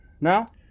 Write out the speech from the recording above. now